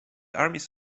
armies